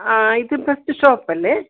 ആ ഇത് ബെസ്റ്റ് ഷോപ്പല്ലേ